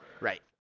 Right